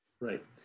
Right